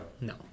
No